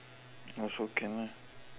also can lah